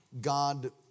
God